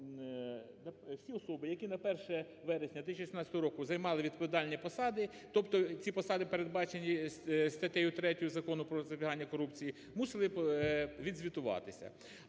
всі особи, які на 1 вересня 2016 року займали відповідальні посади, тобто ці посади передбачені статтею 3 Закону про запобігання корупції, мусили відзвітуватися.